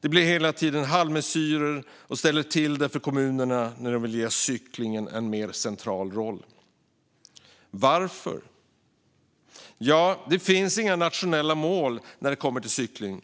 Det blir hela tiden halvmesyrer som ställer till det för kommunerna när de vill ge cykling en mer central roll. Varför? Det finns inga nationella mål när det kommer till cykling.